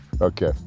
Okay